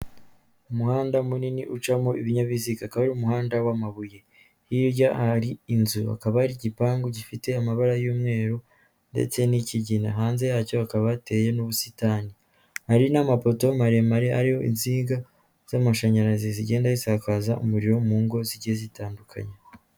Umuhanda munini ucamo ibinyabiziga akaba ari umuhanda w'amabuye, hirya hari inzu akaba ari igipangu gifite amabara y'umweru ndetse n'ikigina hanze yacyo hakaba hateye ubusitani, hari n'amapoto maremare ariho insinga z'amashanyarazi zigenda zisakaza umuriro mu ngo zigiye zitandukanye.